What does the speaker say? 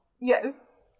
Yes